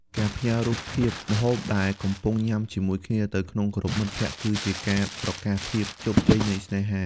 ការផ្ញើរូបភាពម្ហូបដែលកំពុងញ៉ាំជាមួយគ្នាទៅក្នុង Group មិត្តភក្ដិ គឺជាការប្រកាសភាពជោគជ័យនៃស្នេហា។